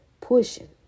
pushing